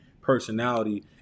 personality